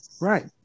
Right